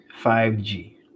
5G